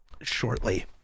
shortly